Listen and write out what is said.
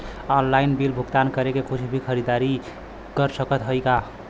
Online bill भुगतान करके कुछ भी खरीदारी कर सकत हई का?